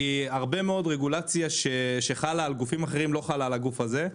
כי הרבה מאוד רגולציה שחלה על גופים אחרים לא חלה על הגוף הזה,